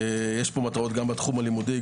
יש פה מטרות גם בתחום הלימודי,